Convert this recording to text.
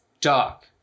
dark